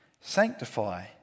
sanctify